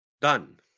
Done